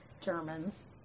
Germans